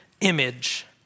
image